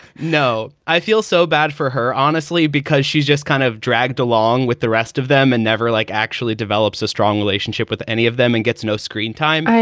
no. i feel so bad for her, honestly, because she's just kind of dragged along with the rest of them and never like actually develops a strong relationship with any of them and gets no screen time.